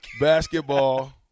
Basketball